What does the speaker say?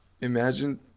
imagine